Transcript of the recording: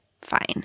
fine